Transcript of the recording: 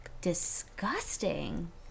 disgusting